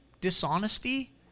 dishonesty